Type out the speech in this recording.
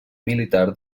militar